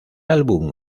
álbum